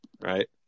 right